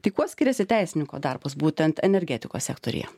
tai kuo skiriasi teisininko darbas būtent energetikos sektoriuje